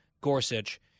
Gorsuch